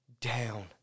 down